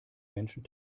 menschen